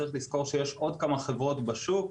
צריך לזכור שיש עוד כמה חברות בשוק.